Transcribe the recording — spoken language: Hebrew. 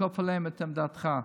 וכופה עליהם את עמדתך.